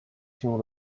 się